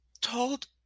told